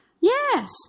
Yes